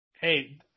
Hey